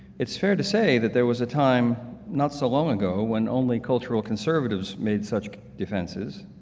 it's fair to say that there was a time not so long ago when only cultural conservatives made such defenses,